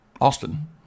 Austin